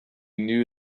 knew